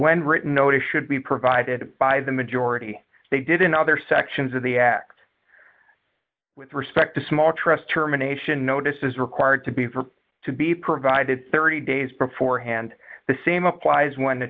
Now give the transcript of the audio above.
when written notice should be provided by the majority they did in other sections of the act with respect to small trust terminations notice is required to be for to be provided thirty days before hand the same applies when t